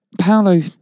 Paolo